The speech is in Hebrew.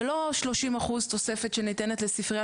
ולא שלושים אחוז תוספת שניתנת לספריה